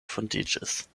fondiĝis